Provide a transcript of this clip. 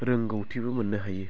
रोंगौथिबो मोन्नो हायो